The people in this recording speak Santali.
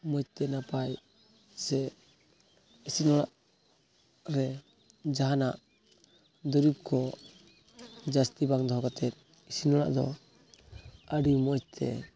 ᱢᱚᱡᱽᱛᱮ ᱱᱟᱯᱟᱭ ᱥᱮ ᱤᱥᱤᱱ ᱚᱲᱟᱜ ᱨᱮ ᱡᱟᱦᱟᱱᱟᱜ ᱫᱩᱨᱤᱵ ᱠᱚ ᱡᱟᱹᱥᱛᱤ ᱵᱟᱝ ᱫᱚᱦᱚ ᱠᱟᱛᱮᱫ ᱤᱥᱤᱱ ᱚᱲᱟᱜ ᱫᱚ ᱟᱹᱰᱤ ᱢᱚᱡᱽ ᱛᱮ